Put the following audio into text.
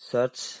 Search